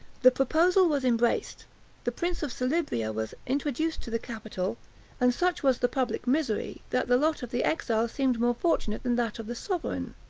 the proposal was embraced the prince of selybria was introduced to the capital and such was the public misery, that the lot of the exile seemed more fortunate than that of the sovereign.